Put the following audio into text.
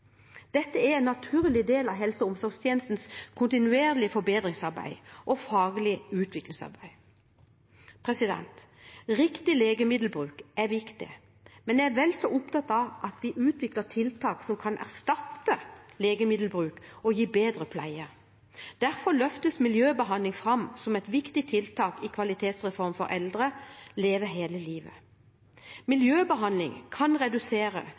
Dette er en naturlig del av helse- og omsorgstjenestens kontinuerlige forbedringsarbeid og faglige utviklingsarbeid. Riktig legemiddelbruk er viktig, men jeg er vel så opptatt av at vi utvikler tiltak som kan erstatte legemiddelbruk og gi bedre pleie. Derfor løftes miljøbehandling fram som et viktig tiltak i kvalitetsreformen for eldre, Leve hele livet. Miljøbehandling kan redusere